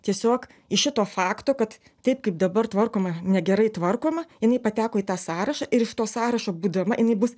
tiesiog iš šito fakto kad taip kaip dabar tvarkoma negerai tvarkoma jinai pateko į tą sąrašą ir iš to sąrašo būdama jinai bus